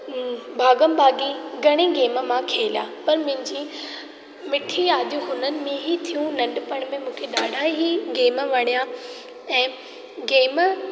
ही भागम भागी घणेई गेम मां खेलिया पर मुंहिंजी मिठी यादियूं हुननि में ई थियूं नंढपण में मूंखे ॾाढा ई गेम वणिया ऐं गेम